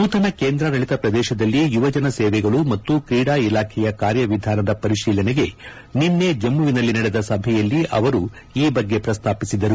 ನೂತನ ಕೇಂದ್ರಾದಳಿತ ಪ್ರದೇಶದಲ್ಲಿ ಯುವಜನ ಸೇವೆಗಳು ಮತ್ತು ಕ್ರೀಡಾ ಇಲಾಖೆಯ ಕಾರ್ಯವಿಧಾನದ ಪರಿಶೀಲನೆಗೆ ನಿನ್ನೆ ಜಮ್ಮುವಿನಲ್ಲಿ ನಡೆದ ಸಭೆಯಲ್ಲಿ ಅವರು ಈ ಬಗ್ಗೆ ಪ್ರಸ್ತಾಪಿಸಿದರು